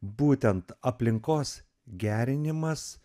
būtent aplinkos gerinimas